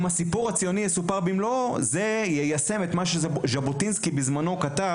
אם הסיפור הציוני יסופר במלואו זה יישם את מה שז'בוטינסקי כתב,